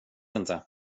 inte